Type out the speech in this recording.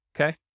Okay